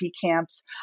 camps